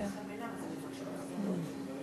או-אה.